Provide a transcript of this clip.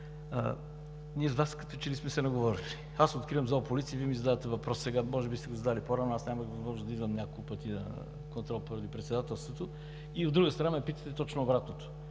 с Вас като че ли сме се уговорили. Аз откривам Зоополиция, а Вие ми задавате въпрос сега, а може би сте го задали по-рано – аз нямах възможност да идвам няколко пъти на контрол поради Председателството, и, от друга страна, ме питате точно обратното.